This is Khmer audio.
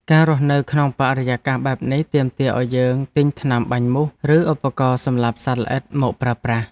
ការរស់នៅក្នុងបរិយាកាសបែបនេះទាមទារឱ្យយើងទិញថ្នាំបាញ់មូសឬឧបករណ៍សម្លាប់សត្វល្អិតមកប្រើប្រាស់។